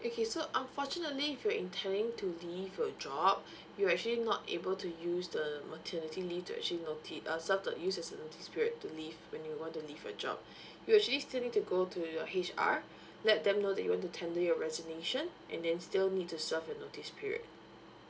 okay so unfortunately if you're intending to leave your job you are actually not able to use the maternity leave to actually noti~ uh serve the use as the notice period to leave when you want to leave your job you actually still need to go to your H_R let them know that you want to tender your resignation and then still need to serve your notice period